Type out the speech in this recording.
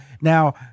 Now